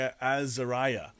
Azariah